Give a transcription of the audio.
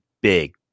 big